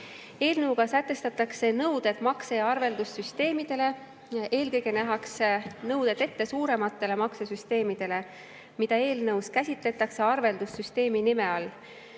Eelnõuga sätestatakse nõuded makse‑ ja arveldussüsteemidele. Eelkõige nähakse ette nõuded suurematele maksesüsteemidele, mida eelnõus käsitletakse arveldussüsteemi nime